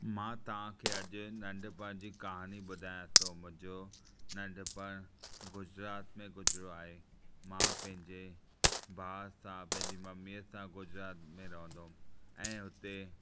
मां तव्हांखे अॼु नंढपण जी कहानी ॿुधायां थो मुंहिंजो नंढपण गुजरात में गुज़रो आहे मां पंहिंजे भाउ सां पंहिंजी मम्मीअ सां गुजरात में रहंदो हुअमि ऐं हुते